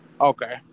Okay